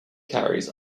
carries